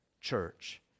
church